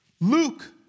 Luke